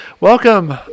welcome